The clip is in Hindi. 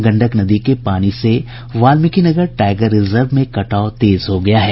गंडक नदी के पानी से वाल्मिकी नगर टाइगर रिजर्व में कटाव तेज हो गया है